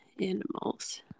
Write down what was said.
animals